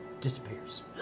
disappears